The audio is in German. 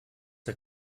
der